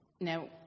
Now